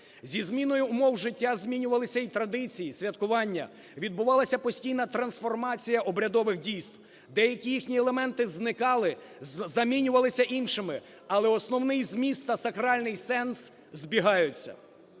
Зі зміною умов життя змінювалися і традиції, святкування, відбувалася постійна трансформація обрядових дійств. Деякі їхні елементи зникали, замінювалися іншими, але основний зміст та сакральний сенс збігаються.